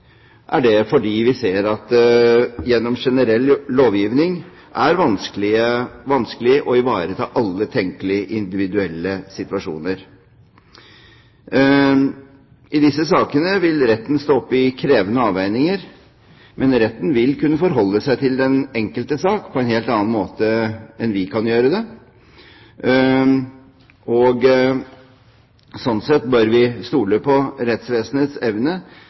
er det fordi vi ser at det gjennom generell lovgivning er vanskelig å ivareta alle tenkelige individuelle situasjoner. I disse sakene vil retten stå oppe i krevende avveininger, men retten vil kunne forholde seg til den enkelte sak på en helt annen måte enn det vi kan gjøre, og slik sett bør vi stole på rettsvesenets evne